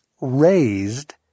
raised